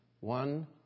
one